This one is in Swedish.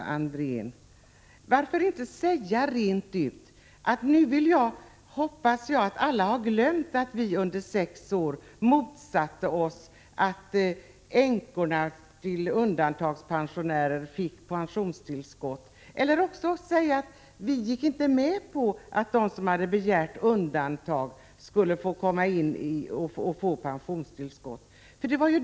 Varför säger inte Margareta Andrén rent ut att hon hoppas att alla nu har glömt att folkpartiet under sex år motsatte sig att änkorna till undantagandepensionärer skulle få pensionstillskott eller att folkpartiet inte gick med på att de som hade begärt undantag skulle få pensionstillskott?